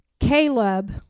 Caleb